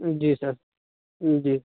جی sir جی